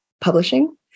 publishing